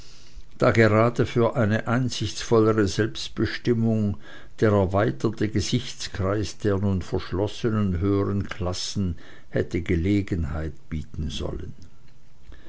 da gerade für eine einsichtvollere selbstbestimmung der erweiterte gesichtskreis der nun verschlossenen höheren klassen hätte gelegenheit bieten sollen